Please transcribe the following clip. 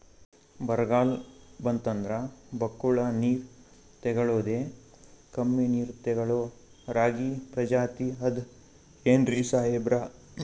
ಬರ್ಗಾಲ್ ಬಂತಂದ್ರ ಬಕ್ಕುಳ ನೀರ್ ತೆಗಳೋದೆ, ಕಮ್ಮಿ ನೀರ್ ತೆಗಳೋ ರಾಗಿ ಪ್ರಜಾತಿ ಆದ್ ಏನ್ರಿ ಸಾಹೇಬ್ರ?